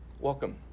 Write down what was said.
Welcome